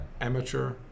amateur